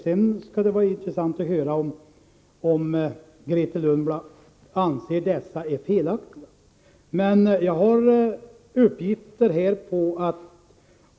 Det skall bli intressant att höra om Grethe Lundblad anser att dessa uppgifter är felaktiga.